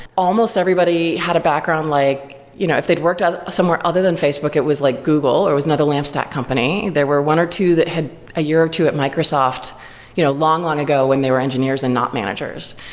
almost everybody had a background like you know if they'd worked out somewhere other than facebook, it was like google, or was another lamp stack company. there were one or two that had a year or two at microsoft you know long, long ago when they were engineers and not managers.